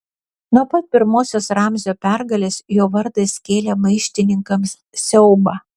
nuo pat pirmosios ramzio pergalės jo vardas kėlė maištininkams siaubą